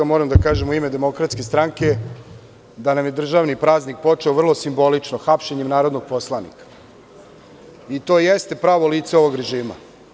Moram da kažem u ime DS da nam je državni praznik počeo vrlo simbolično, hapšenjem narodnog poslanika, i to jeste pravo lice ovog režima.